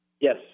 Yes